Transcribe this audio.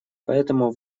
поэтому